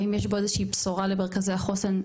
האם יש בו איזושהי בשורה למרכזי החוסן,